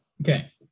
okay